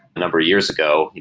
a number of years ago,